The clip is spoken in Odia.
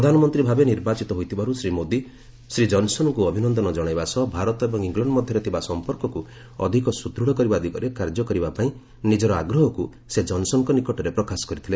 ପ୍ରଧାନମନ୍ତ୍ରୀ ଭାବେ ନିର୍ବାଚିତ ହୋଇଥିବାରୁ ଶ୍ରୀ ମୋଦି ଶ୍ରୀ କନ୍ସନ୍ଙ୍କୁ ଅଭିନନ୍ଦନ ଜଣାଇବା ସହ ଭାରତ ଏବଂ ଇଂଲଣ୍ଡ ମଧ୍ୟରେ ଥିବା ସଂପର୍କକୁ ଅଧିକ ସୁଦୃଢ଼ କରିବା ଦିଗରେ କାର୍ଯ୍ୟ କରିବା ପାଇଁ ତାଙ୍କର ଆଗ୍ରହକୁ ସେ ଜନ୍ସନ୍ଙ୍କ ନିକଟରେ ପ୍ରକାଶ କରିଥିଲେ